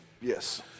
Yes